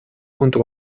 junto